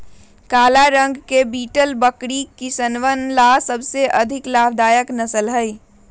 काला रंग के बीटल बकरी किसनवन ला सबसे अधिक लाभदायक नस्ल हई